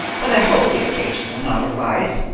but i hope the occasion will not arise.